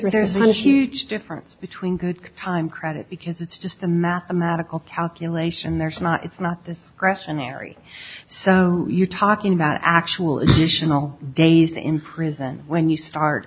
a huge difference between good time credit because it's just a mathematical calculation there's not it's not the aggression ery so you're talking about actual edition all days in prison when you start